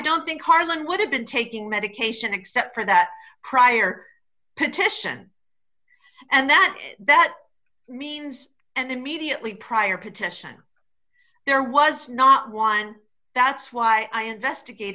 don't think harlan would have been taking medication except for that prior petition and that that means and immediately prior petition there was not one that's why i investigate